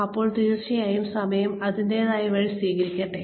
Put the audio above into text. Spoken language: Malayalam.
അപ്പോൾ തീർച്ചയായും സമയം അതിന്റേതായ വഴി സ്വീകരിക്കട്ടെ